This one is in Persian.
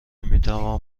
میتوان